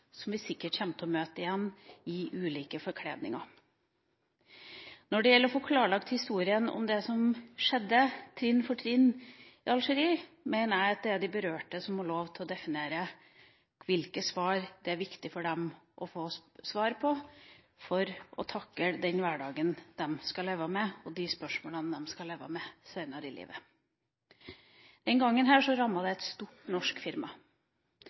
som vi sikkert kommer til å møte igjen i ulike forkledninger. Når det gjelder å få klarlagt historien om det som skjedde, trinn for trinn, i Algerie, mener jeg at det er de berørte som har lov til å definere hvilke spørsmål det er viktig for dem å få svar på for å takle den hverdagen de skal leve i, og de spørsmålene de skal leve med senere i livet. Denne gangen rammet det et stort norsk firma,